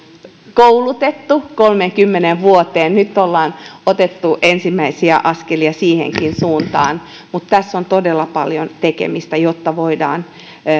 koulutettu kolmeenkymmeneen vuoteen nyt ollaan otettu ensimmäisiä askelia siihenkin suuntaan mutta tässä on todella paljon tekemistä jotta voidaan